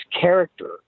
character